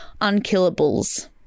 unkillables